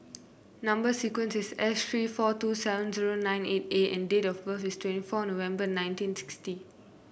number sequence is S three four two seven zero nine eight A and date of birth is twenty four November nineteen sixty